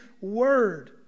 word